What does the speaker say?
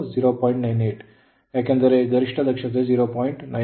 98 ಏಕೆಂದರೆ ಗರಿಷ್ಠ ದಕ್ಷತೆ 0